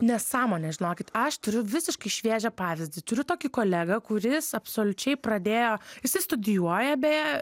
nesąmonė žinokit aš turiu visiškai šviežią pavyzdį turiu tokį kolegą kuris absoliučiai pradėjo jisai studijuoja beje